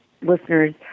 listeners